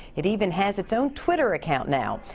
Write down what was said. it even has its own twitter account. now,